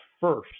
first